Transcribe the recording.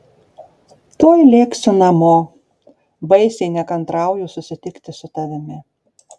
tuoj lėksiu namo baisiai nekantrauju susitikti su tavimi